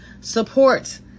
support